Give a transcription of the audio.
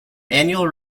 annual